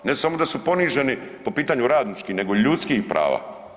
Ne samo da su poniženi po pitanju radničkih nego i ljudskih prava.